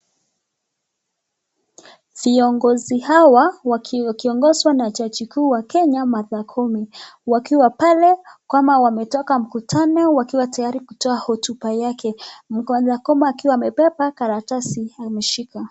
Viongozi hawa wakiongozwa na jaji kuu wa Kenya Martha Koome wakiwa pale kama wametoka mkutano wakiwa tayari kutoa hotuba yake. Mtu wa mkoba akiwa amebeba karatasi ameshika.